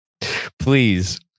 Please